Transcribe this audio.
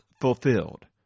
fulfilled